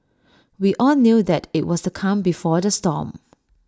we all knew that IT was the calm before the storm